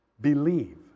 Believe